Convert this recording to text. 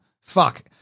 Fuck